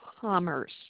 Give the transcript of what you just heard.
Commerce